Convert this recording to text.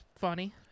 funny